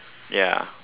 ya